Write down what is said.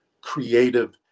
creative